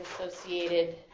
associated